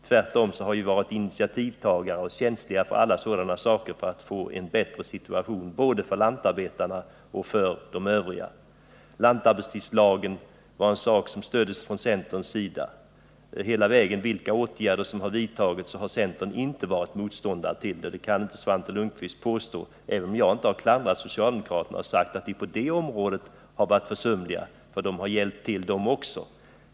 Tvärtom har vi varit initiativtagare till en bättre situation både för lantarbetarna och för de övriga. Lantarbetstidslagen var en sak som stöddes av centern. Vilka åtgärder som än har vidtagits har centerpartiet inte varit motståndare till detta, och det kan Svante Lundkvist inte heller påstå. Men jag har inte klandrat socialdemokraterna för att de på det området skulle ha varit försumliga, för de har hjälpt till, de också.